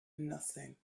nothing